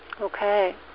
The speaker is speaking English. Okay